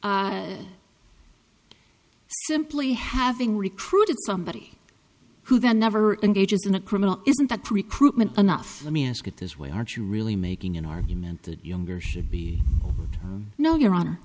simply simply having recruited somebody who then never engages in a criminal isn't that recruitment enough let me ask it this way aren't you really making an argument that younger should be no your honor